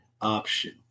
option